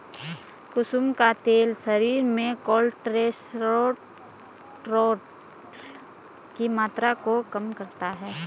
कुसुम का तेल शरीर में कोलेस्ट्रोल की मात्रा को कम करता है